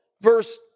verse